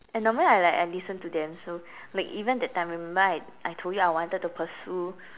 and normally I like I listen to them so like even that time remember I I told you I wanted to pursue